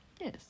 Yes